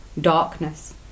darkness